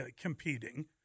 competing